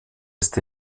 ist